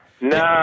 No